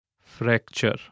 Fracture